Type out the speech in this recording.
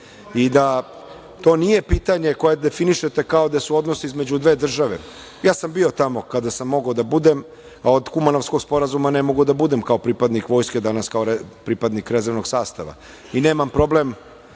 i da to nije pitanje koje definišete kao da su odnosi između dve države. Ja sam bio tamo kada sam mogao da budem, a od Kumanovskog sporazuma ne mogu da budem kao pripadnik vojske danas, kao pripadnik rezervnog sastava. Nemam problem